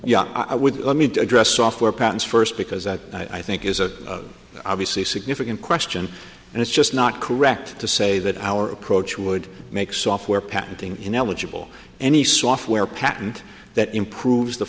yeah i would let me address software patents first because that i think is a obviously significant question and it's just not correct to say that our approach would make software patenting ineligible any software patent that improves the